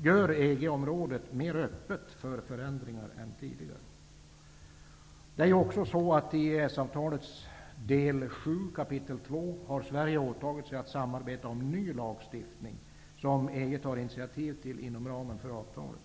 gör EG området mer öppet för förändringar än tidigare. I EES-avtalets del VII, kap. 2 har Sverige åtagit sig att samarbeta om ny lagstiftning som EG tar initiativ till inom ramen för avtalet.